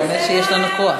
זה אומר שיש לנו כוח.